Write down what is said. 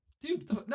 dude